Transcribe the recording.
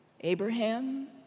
Abraham